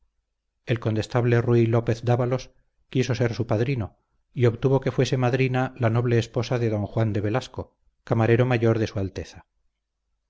el condestable ruy lópez dávalos quiso ser su padrino y obtuvo que fuese madrina la noble esposa de don juan de velasco camarero mayor de su alteza